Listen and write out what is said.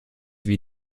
wie